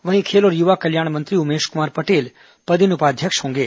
वहीं खेल और युवा कल्याण मंत्री उमेश कुमार पटेल पदेन उपाध्यक्ष होंगे